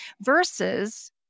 versus